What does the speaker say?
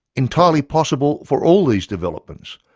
entirely possible for all these developments,